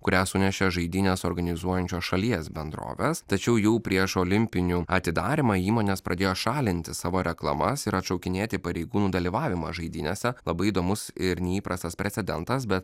kurią sunešė žaidynes organizuojančios šalies bendrovės tačiau jau prieš olimpinių atidarymą įmonės pradėjo šalinti savo reklamas ir atšaukinėti pareigūnų dalyvavimą žaidynėse labai įdomus ir neįprastas precedentas bet